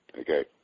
Okay